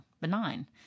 Benign